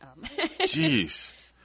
Jeez